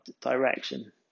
direction